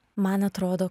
man atrodo